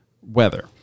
weather